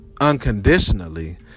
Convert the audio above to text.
unconditionally